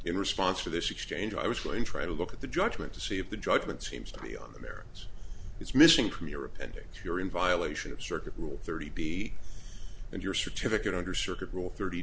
in response to this exchange i was going to try to look at the judgement to see if the judgement seems to be on the merits is missing from your appendix you're in violation of the circuit rule thirty b and your certificate under circuit rule thirty